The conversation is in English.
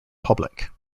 public